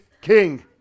king